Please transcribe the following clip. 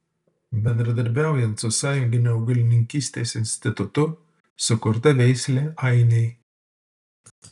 bendradarbiaujant su sąjunginiu augalininkystės institutu sukurta veislė ainiai